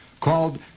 called